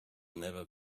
never